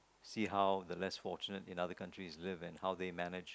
see how the less fortunate in other countries live and how they manage